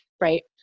Right